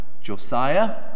Josiah